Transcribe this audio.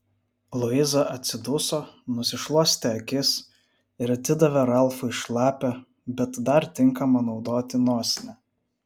luiza atsiduso nusišluostė akis ir atidavė ralfui šlapią bet dar tinkamą naudoti nosinę